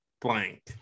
Blank